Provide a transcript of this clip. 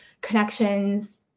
connections